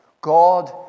God